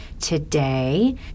today